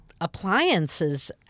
appliances